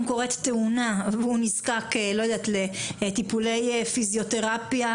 קורית תאונה והוא נזקק לטיפולי פיזיותרפיה